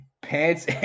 pants